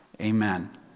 amen